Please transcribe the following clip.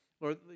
Lord